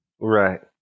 Right